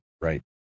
right